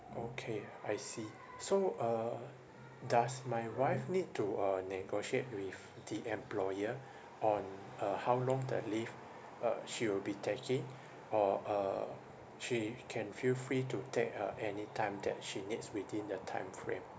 okay I see so uh does my wife need to uh negotiate with the employer on uh how long the leave uh she will be taking or uh she can feel free to take uh anytime that she needs within the time frame